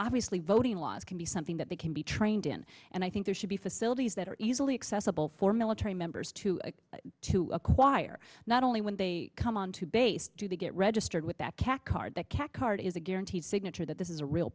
obviously voting laws can be something that they can be trained in and i think there should be facilities that are easily accessible for military members to to acquire not only when they come onto base do they get registered with that cat card the cat card is a guaranteed signature that this is a real